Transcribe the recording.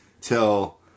till